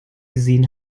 gesehen